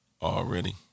Already